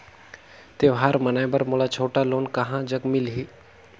त्योहार मनाए बर मोला छोटा लोन कहां जग मिलही?